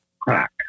Crack